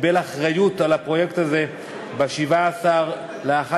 קיבל אחריות על הפרויקט הזה ב-17 בנובמבר